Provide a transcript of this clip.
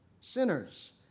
sinners